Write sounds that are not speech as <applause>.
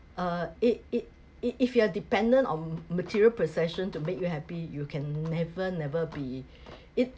uh it it it if you are dependent on material possession to make you happy you can never never be <breath> it